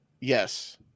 yes